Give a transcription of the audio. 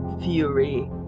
Fury